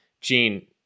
Gene